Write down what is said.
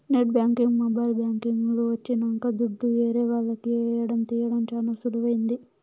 net banking mobile banking లు వచ్చినంక దుడ్డు ఏరే వాళ్లకి ఏయడం తీయడం చానా సులువైంది